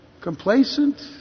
complacent